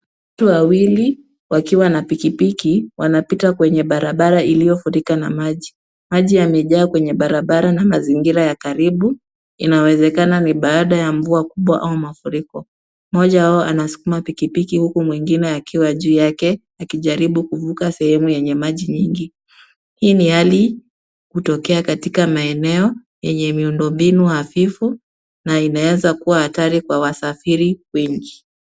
Watu wawili wakiwa na pikipiki, wanapita kwenye barabara iliyofurika na maji. Maji yamejaa kwenye barabara na mazingira ya karibu, inawezekana ni baada ya mvua kubwa au mafuriko. Mmoja wao anasukuma pikipiki, huku mwingine akiwa juu yake akijaribu kuvuka sehemu yenye maji nyingi. Hii ni hali hutokea katika maeneo yenye miundombinu hafifu, na inaweza kuwa hatari kwa wasafiri wengi.